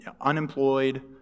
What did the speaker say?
unemployed